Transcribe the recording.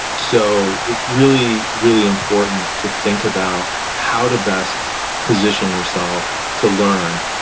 so it's really, really important to think about how to best position yourself to learn.